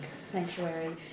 Sanctuary